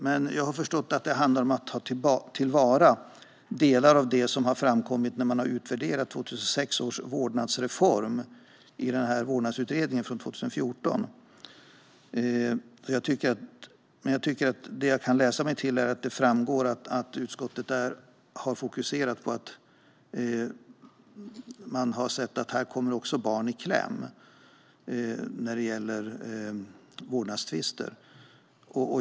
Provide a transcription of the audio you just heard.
Men jag har förstått att det handlar om att ta till vara delar av det som framkom när man utvärderade 2006 års vårdnadsreform i 2014 års vårdnadsutredning. Det jag kan läsa mig till är att utskottet har fokuserat på att barn kommer i kläm i vårdnadstvister.